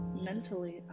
Mentally